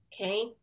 Okay